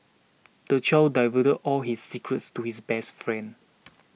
the child divert all his secrets to his best friend